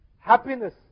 Happiness